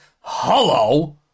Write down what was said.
Hello